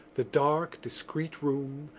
the dark discreet room,